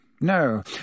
No